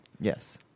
Yes